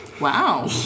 wow